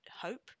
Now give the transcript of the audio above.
hope